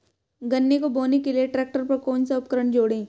गन्ने को बोने के लिये ट्रैक्टर पर कौन सा उपकरण जोड़ें?